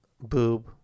boob